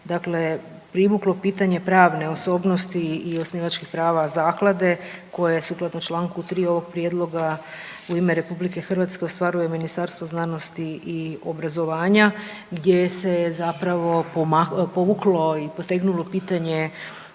je privuklo pitanje pravne osobnosti i osnivačkih prava zaklade koja je sukladno čl. 3. ovog prijedloga u ime RH ostvaruje Ministarstvo znanosti i obrazovanja gdje se zapravo povuklo i potegnulo pitanje